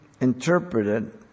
interpreted